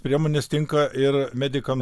priemonės tinka ir medikam